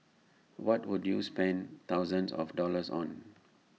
what would you spend thousands of dollars on